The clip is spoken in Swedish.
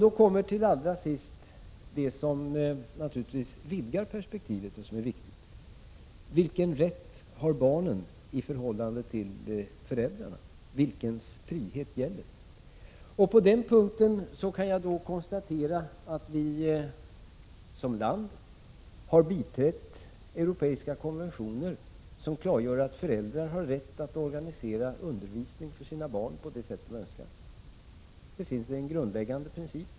Då kommer vi allra sist in på en viktig frågeställning som naturligtvis vidgar perspektivet: Vilken rätt har barnen i förhållande till föräldrarna? Vems frihet gäller? På den punkten kan jag konstatera att vi som land har biträtt europeiska konventioner som klargör att föräldrar har rätt att organisera undervisning för sina barn på det sätt de önskar. Det finns alltså en grundläggande princip.